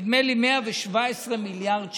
נדמה לי, 117 מיליארד שקל.